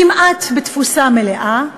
כמעט בתפוסה מלאה,